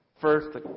first